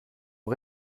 aux